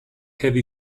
heavy